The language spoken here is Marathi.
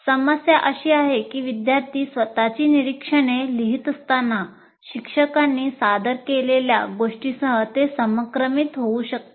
समस्या अशी आहे की विद्यार्थी स्वतःची निरीक्षणे लिहित असताना शिक्षकांनी सादर केलेल्या गोष्टींसह ते समक्रमित होऊ शकतात